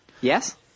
Yes